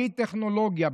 בלי טכנולוגיה,